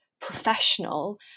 professional